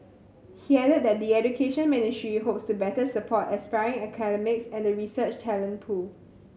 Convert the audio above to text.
he added that the Education Ministry hopes to better support aspiring academics and the research talent pool